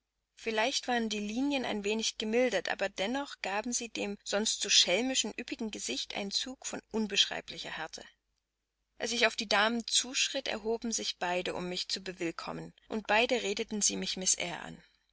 vielleicht waren die linien ein wenig gemildert aber dennoch gaben sie dem sonst so schelmischen üppigen gesicht einen zug von unbeschreiblicher härte als ich auf die damen zuschritt erhoben sich beide um mich zu bewillkommnen und beide redeten sie mich miß